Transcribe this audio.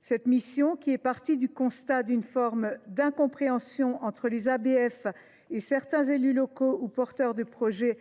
Cette mission d’information est partie du constat d’une forme d’incompréhension entre les ABF et certains élus locaux ou porteurs de projets.